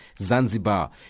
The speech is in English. Zanzibar